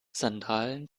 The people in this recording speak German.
sandalen